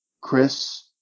Chris